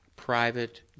private